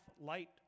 light